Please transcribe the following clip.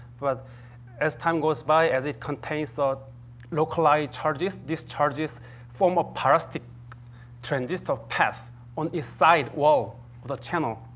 but as time goes by, as it contains the localized charges, these charges form a parasitic transistor path on its side wall of the channel.